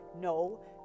no